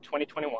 2021